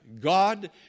God